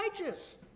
righteous